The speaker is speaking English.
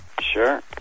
Sure